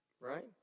Right